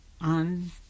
on